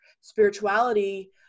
spirituality